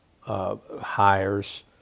hires